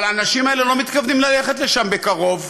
אבל האנשים האלה לא מתכוונים ללכת לשם בקרוב.